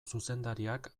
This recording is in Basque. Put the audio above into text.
zuzendariak